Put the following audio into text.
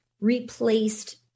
replaced